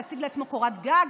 להשיג לעצמו קורת גג?